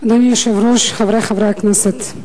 אדוני היושב-ראש, חברי חברי הכנסת,